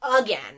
again